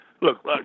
look